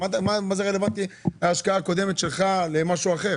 מה זה רלוונטי ההשקעה הקודמת שלך למשהו אחר?